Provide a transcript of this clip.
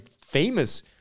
famous